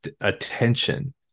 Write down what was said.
attention